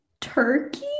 Turkey